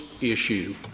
issue